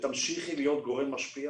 שתמשיכי להיות גורם משפיע